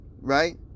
right